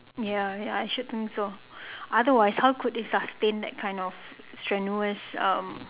ya ya I should think so otherwise how could they sustain that kind of strenuous um